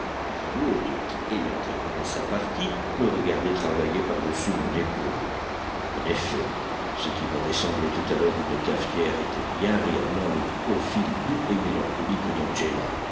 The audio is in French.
dit l'hôte qui ayant terminé sa partie me regardait travailler par-dessus mon épaule en effet ce qui m'avait semblé tout à l'heure une cafetière était bien réellement le profil doux et mélancolique d'angéla